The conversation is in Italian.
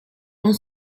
non